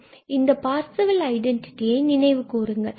மேலும் இந்த பார்சவெல் ஐடென்டிட்டியை நினைவு கூறுங்கள்